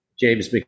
James